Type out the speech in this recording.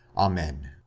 amen.